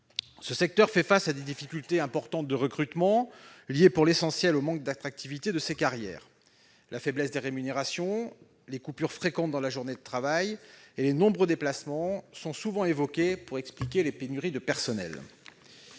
Ce secteur fait face à des difficultés importantes de recrutement, liées pour l'essentiel au manque d'attractivité des carrières. La faiblesse des rémunérations, la précarité, les fréquentes coupures dans la journée de travail et les nombreux déplacements sont souvent évoqués pour expliquer les pénuries de personnel.